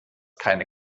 keine